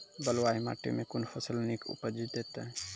बलूआही माटि मे कून फसल नीक उपज देतै?